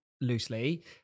loosely